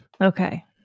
okay